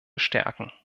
stärken